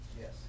Yes